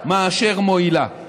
מאשר מועילה.